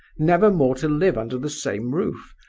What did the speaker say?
never more to live under the same roof,